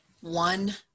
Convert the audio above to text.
one